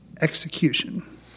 execution